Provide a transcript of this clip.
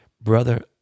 Brother